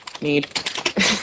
Need